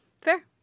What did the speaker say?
Fair